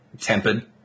tempered